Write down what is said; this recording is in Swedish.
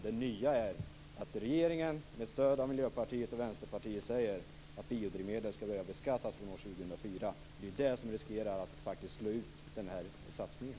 Det nya är att regeringen, med stöd av Miljöpartiet och Vänsterpartiet, säger att biodrivmedel skall beskattas från år 2004. Det är det som riskerar att slå ut satsningen.